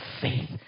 faith